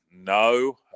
no